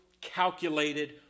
calculated